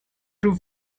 true